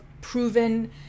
proven